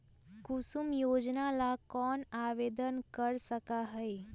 कुसुम योजना ला कौन आवेदन कर सका हई?